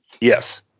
Yes